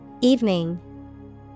Evening